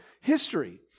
history